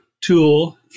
tool